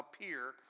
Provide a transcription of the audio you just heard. appear